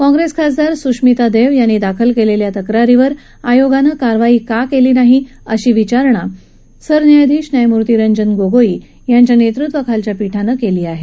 काँग्रेस खासदार सुष्मिता देव यांनी दाखल केलेल्या तक्रारीवर आयोगानं कारवाई का केली नाही अशी विचारणा सरन्यायाधीश न्यायमूर्ती रंजन गोगोई यांच्या नेतृत्वाखालच्या पीठानं केली आहे